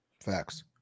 facts